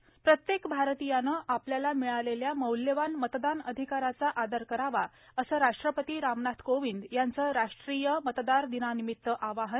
त प्रत्येक भारतीयानं आपल्याला मिळालेल्या मौल्यवान मतदान अधिकाराचा आदर करावा असं राष्ट्रपती रामनाथ कोविंद यांचं राष्ट्रीय मतदार दिनानिमित्त आवाहन